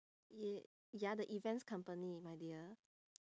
ye~ ya the events company my dear